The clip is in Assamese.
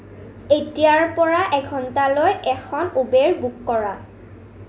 এতিয়াৰ পৰা এঘন্টালৈ এখন উবেৰ বুক কৰা